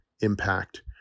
impact